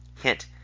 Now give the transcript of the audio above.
Hint